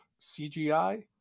CGI